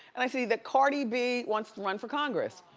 and i see that cardi b wants to run for congress.